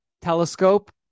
telescope